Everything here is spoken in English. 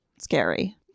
scary